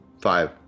Five